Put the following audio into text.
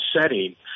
setting